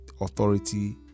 authority